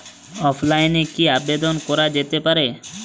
অফলাইনে কি আবেদন করা যেতে পারে?